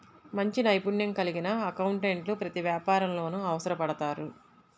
మంచి నైపుణ్యం కలిగిన అకౌంటెంట్లు ప్రతి వ్యాపారంలోనూ అవసరపడతారు